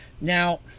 Now